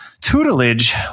tutelage